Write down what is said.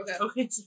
okay